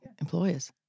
employers